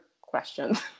questions